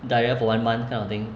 diarrhoea for one month kind of thing